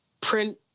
print